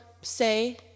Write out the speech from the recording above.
say